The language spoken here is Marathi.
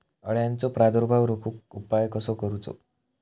अळ्यांचो प्रादुर्भाव रोखुक उपाय कसो करूचो?